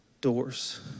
doors